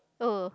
oh